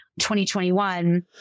2021